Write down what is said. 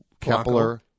Kepler